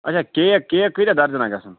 اَچھا cake cake کٲتیٛاہ درجن گَژھن